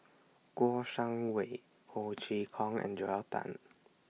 Kouo Shang Wei Ho Chee Kong and Joel Tan